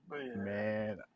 man